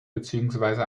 beziehungsweise